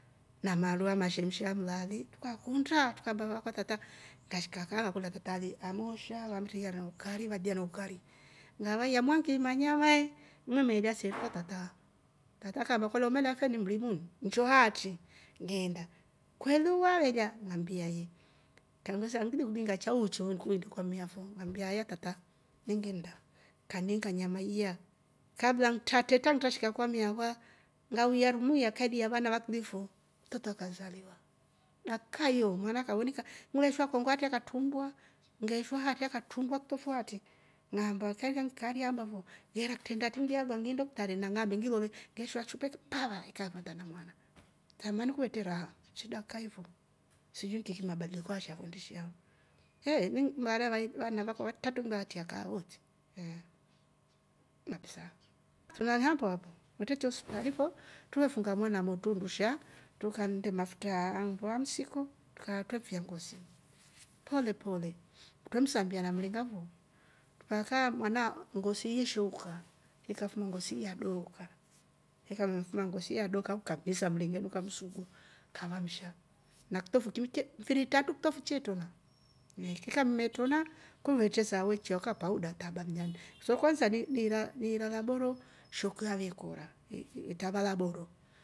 Na maru mashemshe ah mlaali trukakunda tukaamba vaakwa tata trukashika kaa, trukakolya kitali amoosha vali ria na ukari. varia na ukari ngavaiya mwangiima nyama ngimemeela se tata tata akaamba umelya fe ni mrimu ni shnjoo aaatri ngeenda kweli waveelya? Ngambia yee, kang'vesha ngilikuniinga chao uchie uende kwa mmi afo, ngambia hata tata ini nginnda kaniinga nyama iya kabla ntratetra nkashika kwa mmi akwa ngauya rumu ya kaili ya wana waklifu mtoto akazaliwa, dakyayo mwana kawonika ngileeshwa koongo hatri katrumbua, ngileeshwa haatri katrumbua kitofu haatri, ng'aamba kanindika ngekaari iamba fo ngeera kitrende haatri ngi aluwa ngiinde ho ktareni na ng'aambe ngilole ngeeshwa chupa pavaa! Ikavefata na mwana. Samani kuvetre raha shidakika yi fo sijui nkiki mabadiliko asha fo ndishi auya, he vana vai vana akwa vatratu ngile atriaa kaa wote eeh trulaali hapa hapa kwetre cha usiptali fo truvefunga mwana amotru undusha, trukannde mafutra aaah nndo amsiko trukava twe fia ngosi pole pole, twre msambiana mringa fo mpaka mwana ngosi yeshuuka ikafuma ngosi iii ya dooka ikamefunga ngosi ii ya dooka kamhisa mlive mkamsugua kava msha na kitof- mfiri itratu kitofu che trona kikamme trona kuve che saa wee ichya ho kapauda taba mlandi so kwansa ni ilala boro shekuyo avee kora itrava la boro